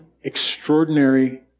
extraordinary